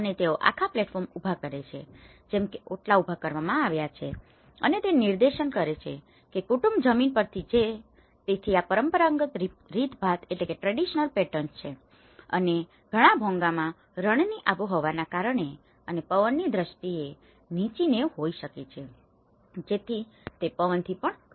અને તેઓ આખા પ્લેટફોર્મ ઉભા કરે છે જેમ કે ઓટલા ઉભા કરવામાં આવ્યા છે અને તે નિર્દેશન કરે છે કે કુટુંબ જમીન પરથી છે તેથી આ પરંપરાગત રીતભાત છે અને ઘણા ભોંગામાં રણની આબોહવાના કારણે અને પવનની દ્રષ્ટીએ નીચી નેવ હોઈ છે જેથી તે પવનથી પણ બચાવી શકે છે